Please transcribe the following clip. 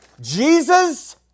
Jesus